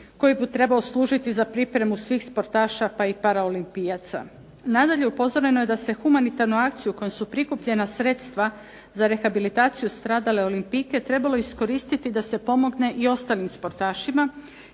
koji bi trebao služiti za pripremu svih sportaša pa i paraolimpijaca. Nadalje, upozoreno je da se humanitarnu akciju kojom su prikupljena sredstva za rehabilitaciju stradale olimpijke trebalo iskoristiti da se pomogne i ostalim sportašima,